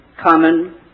common